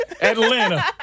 Atlanta